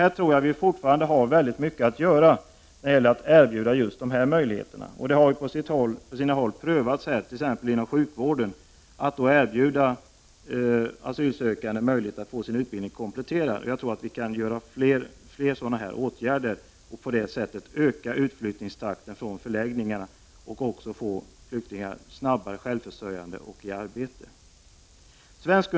Här tror jag att det fortfarande finns mycket att göra när det gäller att erbjuda just dessa möjligheter. Det har på sina håll prövats, t.ex. inom sjukvården, att erbjuda asylsökande möjlighet att komplettera sin utbildning. Genom att vidta fler åtgärder av den här typen kan utflyttningstakten från förläggningarna ökas, och därmed blir flyktingarna snabbare självförsörjande genom att de sätts i arbete.